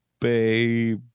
baby